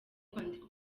kwandika